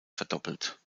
verdoppelt